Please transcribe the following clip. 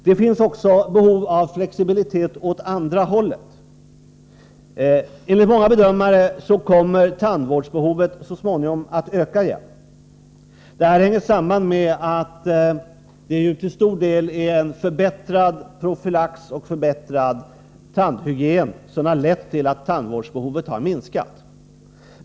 Det finns behov av flexibilitet också åt andra hållet. Enligt många bedömare kommer nämligen tandvårdsbehovet så småningom att öka igen. Det är till stor del en förbättrad profylax och en förbättrad tandhygien som harlett till att tandvårdsbehovet nu har minskat.